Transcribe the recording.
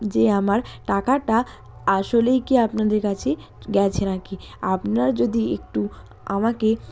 যে আমার টাকাটা আসলেই কি আপনাদের কাছে গেছে নাকি আপনারা যদি একটু আমাকে